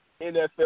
NFL